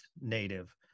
native